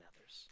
others